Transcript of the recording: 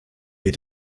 wir